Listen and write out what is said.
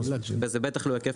וזה בטח לא היקף